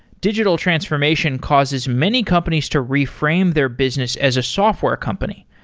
digital transformation causes many companies to reframe their business as a software company.